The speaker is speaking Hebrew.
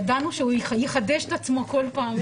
ידענו שהוא יחדש את עצמו כל פעם מחדש.